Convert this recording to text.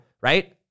right